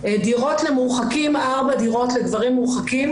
דירות למורחקים 4 דירות לגברים מורחקים,